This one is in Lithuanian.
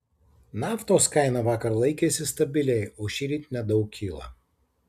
naftos kaina vakar laikėsi stabiliai o šįryt nedaug kyla